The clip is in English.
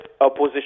opposition